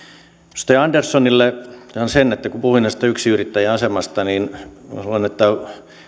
edustaja anderssonille totean sen että kun puhuin tästä yksinyrittäjän asemasta niin luulen että